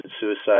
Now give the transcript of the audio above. suicide